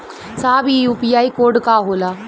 साहब इ UPI code का होला?